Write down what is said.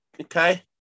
okay